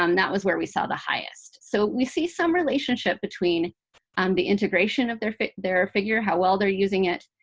um that was where we saw the highest. so we see some relationship between um the integration of their figure, how well they're using it,